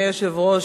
אדוני היושב-ראש,